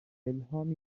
الهامی